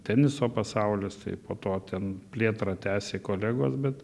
teniso pasaulis tai po to ten plėtrą tęsė kolegos bet